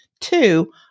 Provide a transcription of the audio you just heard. Two